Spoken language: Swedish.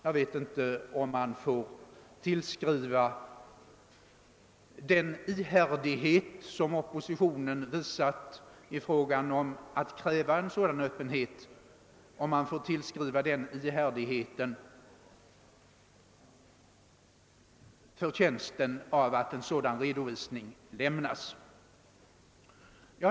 Jag vet inte om man får tillskriva den ihärdighet, som oppositionen visat när det gällt att kräva en sådan öppenhet, förtjänsten av att redovisning lämnas.